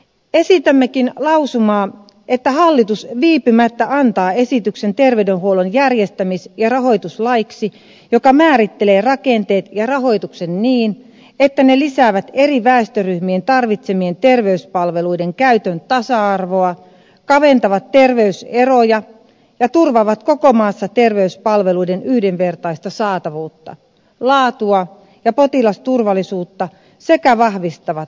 esitämmekin lausumaa että hallitus viipymättä antaa esityksen terveydenhuollon järjestämis ja rahoituslaiksi joka määrittelee rakenteet ja rahoituksen niin että ne lisäävät eri väestöryhmien tarvitsemien terveyspalveluiden käytön tasa arvoa kaventavat terveyseroja ja turvaavat koko maassa terveyspalveluiden yhdenvertaista saatavuutta laatua ja potilasturvallisuutta sekä vahvistavat julkista terveydenhuoltoa